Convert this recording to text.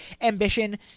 ambition